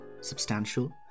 substantial